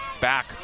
back